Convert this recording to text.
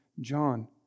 John